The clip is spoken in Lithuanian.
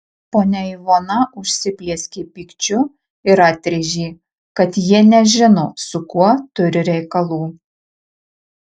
ponia ivona užsiplieskė pykčiu ir atrėžė kad jie nežino su kuo turi reikalų